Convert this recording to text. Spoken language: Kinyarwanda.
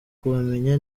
kubamenya